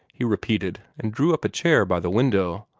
he repeated, and drew up a chair by the window.